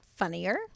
funnier